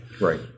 Right